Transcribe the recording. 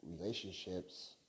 relationships